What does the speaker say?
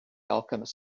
alchemist